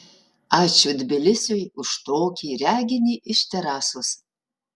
ačiū tbilisiui už tokį reginį iš terasos